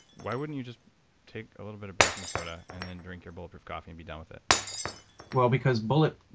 why wouldn't you just take a little big of baking soda and then drink your bulletproof coffee and be done with it? steve well, because bullet.